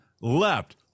Left